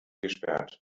gesperrt